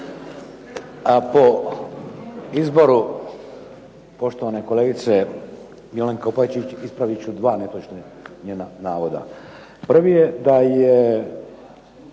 A po izboru poštovane kolegice Milanke Opačić ispravit ću dva netočna njena navoda. Prvi je da je